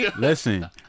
Listen